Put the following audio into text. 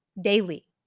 daily